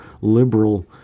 liberal